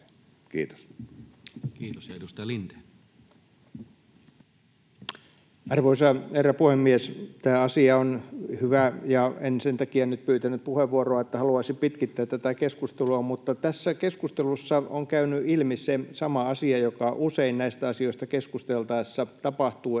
Kiitos. Kiitos. — Ja edustaja Lindén. Arvoisa herra puhemies! Tämä asia on hyvä. En nyt pyytänyt puheenvuoroa sen takia, että haluaisin pitkittää tätä keskustelua, mutta tässä keskustelussa on käynyt ilmi se sama asia, joka usein näistä asioista keskusteltaessa tapahtuu,